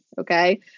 okay